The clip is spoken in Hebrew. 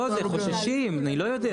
לא, זה חוששים, אני לא יודע.